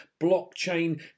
blockchain